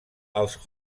els